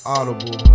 Audible